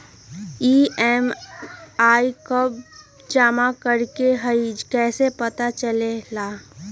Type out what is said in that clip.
EMI कव जमा करेके हई कैसे पता चलेला?